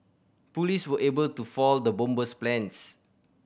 police were able to foil the bomber's plans